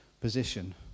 position